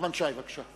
נחמן שי, בבקשה.